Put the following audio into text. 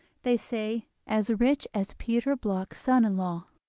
they say as rich as peter bloch's son-in-law